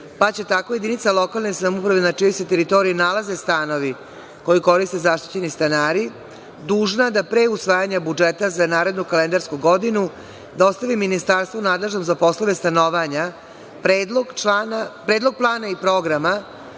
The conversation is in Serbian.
pa će tako jedinica lokalne samouprave na čijoj se teritoriji nalaze stanovi koje koriste zaštićeni stanari dužna da pre usvajanja budžeta za narednu kalendarsku godinu, dostavi ministarstvu nadležnom za poslove stanovanja, predlog plana i programa